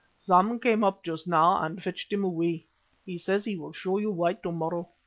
sam came up just now and fetched him away he says he will show you why to-morrow.